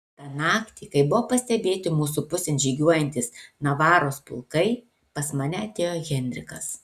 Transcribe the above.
tą naktį kai buvo pastebėti mūsų pusėn žygiuojantys navaros pulkai pas mane atėjo henrikas